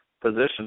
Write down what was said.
position